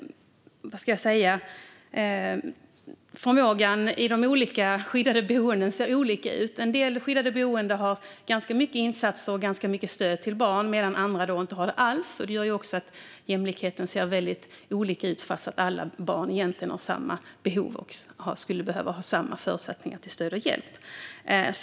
Förmågan i de olika skyddade boendena ser olika ut. En del skyddade boenden har ganska mycket insatser och stöd till barn, medan andra inte har det alls. Det gör att jämlikheten ser väldigt olika ut, trots att alla barn egentligen har samma behov och behöver ha samma förutsättningar för stöd och hjälp.